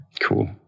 Cool